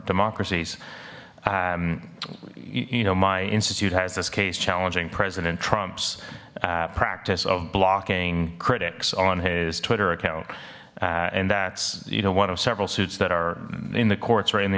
democracies you know my institute has this case challenging president trump's practice of blocking critics on his twitter account and that's you know one of several suits that are in the courts right in the